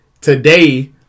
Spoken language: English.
today